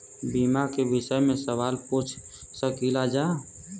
बीमा के विषय मे सवाल पूछ सकीलाजा?